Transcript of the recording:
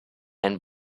and